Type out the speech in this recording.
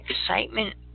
Excitement